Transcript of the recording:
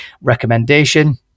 recommendation